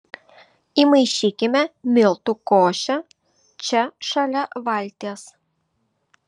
įmaišykime miltų košę čia šalia valties